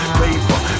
paper